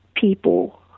people